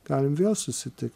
galim vėl susitikt